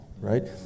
right